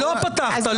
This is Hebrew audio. לא פתחת.